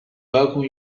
welcome